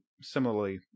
similarly